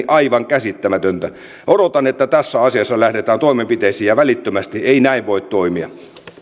aivan käsittämätöntä odotan että tässä asiassa lähdetään toimenpiteisiin ja välittömästi ei näin voi toimia